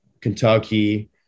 Kentucky